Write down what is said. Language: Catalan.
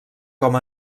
com